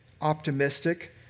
optimistic